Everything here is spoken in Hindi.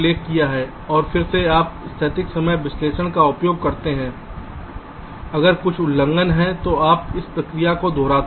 और फिर से आप स्थैतिक समय विश्लेषण का उपयोग करते हैं अगर कुछ उल्लंघन हैं तो आप इस प्रक्रिया को दोहराते हैं